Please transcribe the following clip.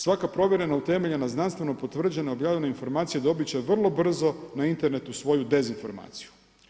Svaka provjerena utemeljena znanstveno potvrđena informacija dobit će vrlo brzo na Internetu svoju dezinformaciju.